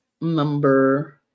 number